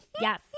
Yes